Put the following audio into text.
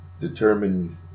determine